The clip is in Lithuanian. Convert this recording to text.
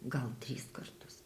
gal tris kartus